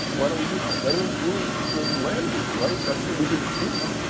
why don't we do that? that improves the land use, right? that's what we do with people.